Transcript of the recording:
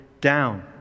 down